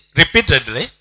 repeatedly